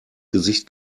gesicht